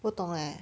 不懂 leh